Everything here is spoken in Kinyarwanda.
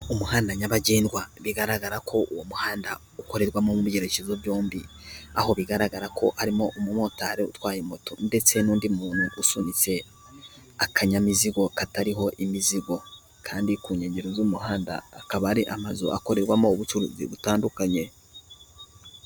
Umuhanda nyabagendwa bigaragara ko uwo muhanda ukorerwamo mu byerekezo byombi, aho bigaragara ko harimo umumotari utwaye moto, ndetse n'undi muntu usunitse akanyamizigo katariho imizigo, kandi ku nkengero z'umuhanda hakaba ari amazu akorerwamo ubucuruzi butandukanye.